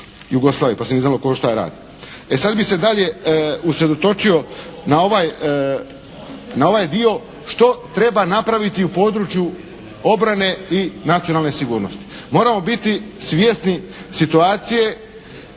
Jugoslavije pa se nije znalo tko šta radi. E sada bih se dalje usredotočio na ovaj dio što treba napraviti u području obrane i nacionalne sigurnosti. Moramo biti svjesni situacije